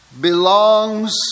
belongs